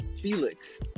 Felix